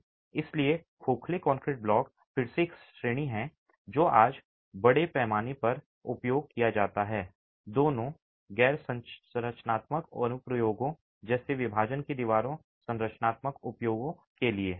इसलिए खोखले concrete block फिर से एक श्रेणी है जो आज बड़े पैमाने पर उपयोग किया जाता है दोनों गैर संरचनात्मक अनुप्रयोगों जैसे विभाजन की दीवारों और संरचनात्मक अनुप्रयोगों के लिए